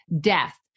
death